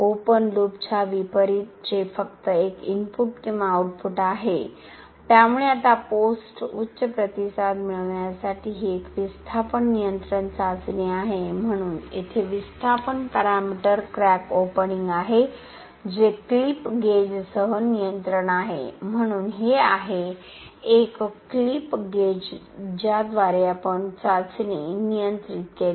open लूपच्या विपरीत जे फक्त एक इनपुट आणि आउटपुट आहे त्यामुळे आता पोस्ट उच्च प्रतिसाद मिळविण्यासाठी ही एक विस्थापन नियंत्रण चाचणी आहे म्हणून येथे विस्थापन पॅरामीटर क्रॅक ओपनिंग आहे जे क्लिप गेजसह नियंत्रण आहे म्हणून हे आहे एक क्लिप गेज ज्याद्वारे आपण चाचणी नियंत्रित केली